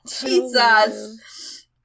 Jesus